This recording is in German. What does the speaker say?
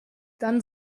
dann